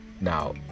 Now